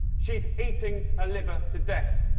she's eating her liver to death.